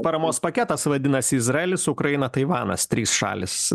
paramos paketas vadinasi izraelis ukraina taivanas trys šalys